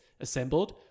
assembled